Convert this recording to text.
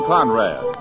Conrad